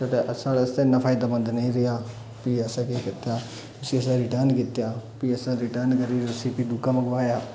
साढ़े आस्तै इ'न्ना फायदेमंद निं रेहा भी असें केह् कीता उसी असें रिटर्न कीता भी असें रिटर्न करियै उसी भी दूआ मंगवाया